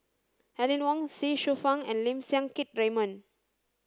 Aline Wong Ye Shufang and Lim Siang Keat Raymond